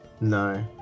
No